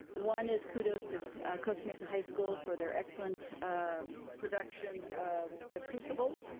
one, is kudos to costa mesa high school for their excellent production of the crucible.